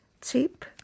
cheap